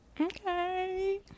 Okay